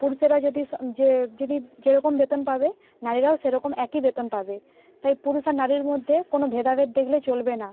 পুরুষেরা যদি সব যে যদি যেরকম বেতন পাবে নারীরাও সেরকম একই বেতন পাবে তাই পুরুষ আর নারীর মধ্যে কোনো ভেদাভেদ দেখলে চলবে না